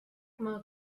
mal